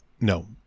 No